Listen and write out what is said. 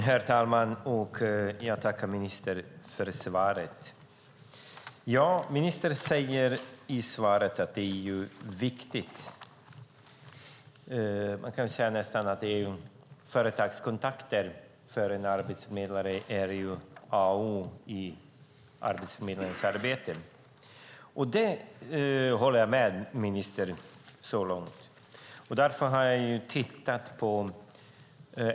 Herr talman! Jag tackar ministern för svaret. Ministern säger i svaret att det är viktigt med företagskontakter. Man kan nästan säga att företagskontakter är A och O för arbetsförmedlarens arbete. Så långt kan jag hålla med ministern.